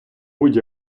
будь